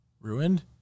Ruined